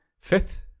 fifth